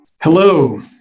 Hello